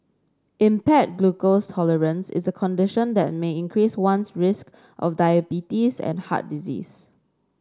impaired glucose tolerance is a condition that may increase one's risk of diabetes and heart disease